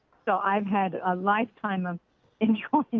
so i had a lifetime of enjoin